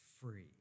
free